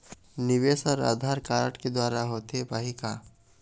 निवेश हर आधार कारड के द्वारा होथे पाही का?